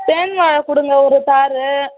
தேன் வாழை கொடுங்க ஒரு தார்